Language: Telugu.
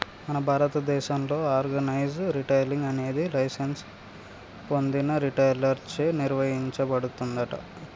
మన భారతదేసంలో ఆర్గనైజ్ రిటైలింగ్ అనేది లైసెన్స్ పొందిన రిటైలర్ చే నిర్వచించబడుతుందంట